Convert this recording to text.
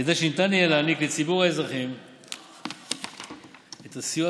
כדי שניתן יהיה להעניק לציבור האזרחים את הסיוע